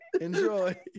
enjoy